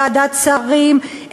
ועדת שרים,